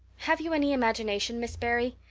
have you any imagination, miss barry?